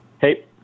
Hey